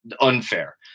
unfair